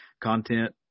content